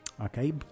Okay